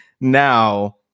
now